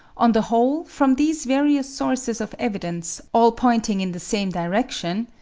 on the whole, from these various sources of evidence, all pointing in the same direction,